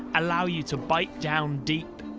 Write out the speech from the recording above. allow you to bit down deep.